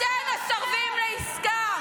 אתם מסרבים לעסקה.